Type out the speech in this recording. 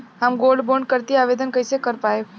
हम gold bond करतिं आवेदन कइसे कर पाइब?